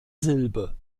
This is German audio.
silbe